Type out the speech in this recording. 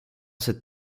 cette